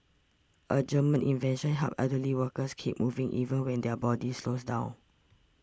a German invention helps elderly workers keep moving even when their body slows down